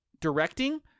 directing –